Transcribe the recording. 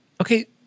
Okay